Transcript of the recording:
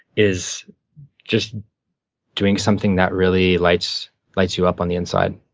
is just doing something that really lights lights you up on the inside.